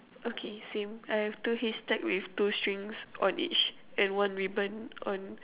okay same I have two hay stack with two strings on each and one ribbon on